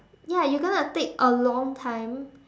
ya you gonna take a long time